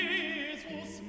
Jesus